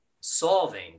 solving